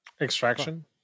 Extraction